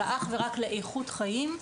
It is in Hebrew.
אלא אך ורק לאיכות חיים,